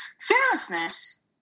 Fearlessness